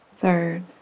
Third